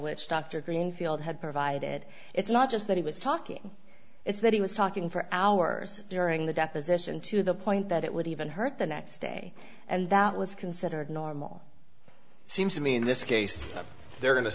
which dr greenfield had provided it's not just that he was talking it's that he was talking for hours during the deposition to the point that it would even hurt the next day and that was considered normal seems to me in this case they're going to